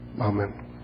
Amen